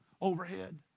overhead